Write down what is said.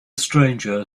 stranger